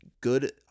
good